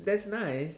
that's nice